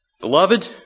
Beloved